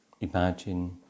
imagine